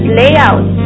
layout